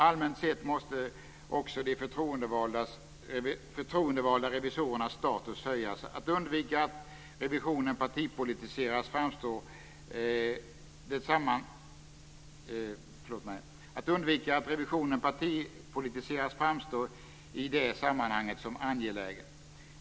Allmänt sett måste också de förtroendevalda revisorernas status höjas. Att undvika att revisionen partipolitiseras framstår i det sammanhanget som angeläget.